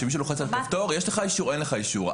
שמישהו לוחץ על כפתור ויש לך אישור או אין לך אישור.